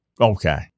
Okay